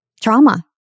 trauma